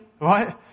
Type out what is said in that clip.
right